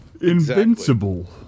Invincible